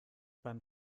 beim